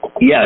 Yes